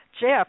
Jeff